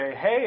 hey